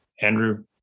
Andrew